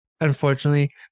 Unfortunately